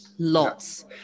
Lots